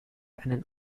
einen